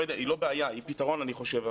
היא לא בעיה אלא פתרון אני חושב,